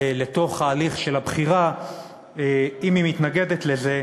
לתוך ההליך של הבחירה, אם היא מתנגדת לזה,